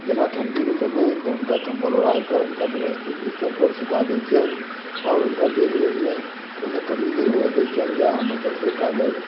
जेना ठण्डीके समय अइ तऽ हुनका कम्बल ओढ़ाके हुनका व्यवस्थित बिस्तरपर सुता दै छियनि आओर हुनका देख रेखमे कोनो कमी नहि हुवै दै छियनि इएह हमर सबके काज अइ